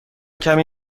کمی